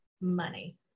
money